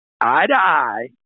eye-to-eye